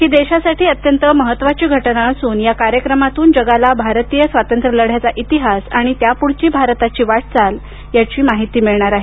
ही देशासाठी अत्यंत महत्वाची घटना असून या कार्यक्रमातून जगाला भारतीय स्वातंत्र्यलढ्याचा इतिहास आणि त्यापुढची भारताची वाटचाल याची माहिती मिळणार आहे